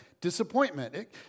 disappointment